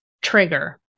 trigger